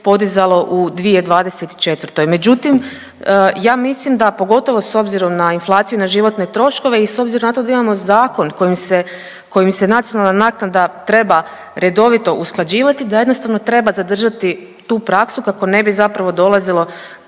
podizalo u 2024., međutim ja mislim da, pogotovo s obzirom na inflaciju i na životne troškove i s obzirom na to da imamo zakon kojim se, kojim se nacionalna naknada treba redovito usklađivati da jednostavno treba zadržati tu praksu kako ne bi zapravo dolazilo